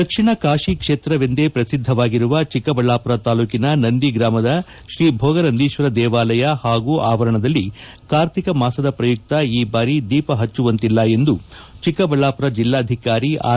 ದಕ್ಷಿಣ ಕಾಶೀ ಕ್ಷೇತ್ರವೆಂದೇ ಪ್ರಸಿದ್ಧವಾಗಿರುವ ಚಿಕ್ಕಬಳ್ಳಾಪುರ ತಾಲೂಕಿನ ನಂದಿ ಗ್ರಾಮದ ಶ್ರೀ ಭೋಗನಂದೀಶ್ವರ ದೇವಾಲಯ ಹಾಗೂ ಆವರಣದಲ್ಲಿ ಕಾರ್ತೀಕ ಮಾಸದ ಪ್ರಯುಕ್ತ ಈ ಬಾರಿ ದೀಪ ಪಚ್ಚುವಂತಿಲ್ಲ ಎಂದು ಚಿಕ್ಕಬಳ್ಳಾಪುರ ಜಿಲ್ಲಾಧಿಕಾರಿ ಆರ್